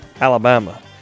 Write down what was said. Alabama